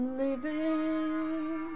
living